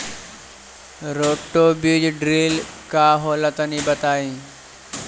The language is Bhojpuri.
रोटो बीज ड्रिल का होला तनि बताई?